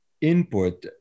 input